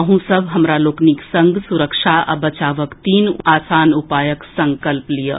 अहूँ सभ हमरा लोकनिक संग सुरक्षा आ बचावक तीन आसान उपायक संकल्प लियऽ